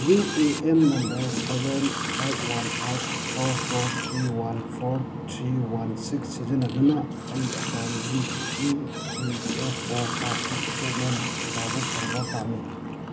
U A N number seven five one eight four four three one four three one six ꯁꯤꯖꯤꯟꯅꯗꯨꯅ ꯑꯩ ꯑꯦꯀꯥꯎꯟꯒꯤ E P F O passbook statement download ꯇꯧꯕ ꯄꯥꯝꯃꯤ